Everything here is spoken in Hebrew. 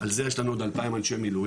על זה יש לנו עוד 2,000 אנשי מילואים,